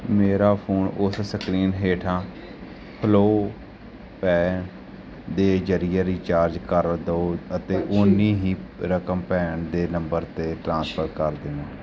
ਮੇਰਾ ਫੋਨ ਉਸ ਸਕਰੀਨ ਹੇਠਾਂ ਫਲੋ ਪੈ ਦੇ ਜ਼ਰੀਏ ਰਿਚਾਰਜ ਕਰ ਦਿਓ ਅਤੇ ਓਨੀ ਹੀ ਰਕਮ ਭੈਣ ਦੇ ਨੰਬਰ 'ਤੇ ਟ੍ਰਰਾਂਸਫਰ ਕਰ ਦਿਓ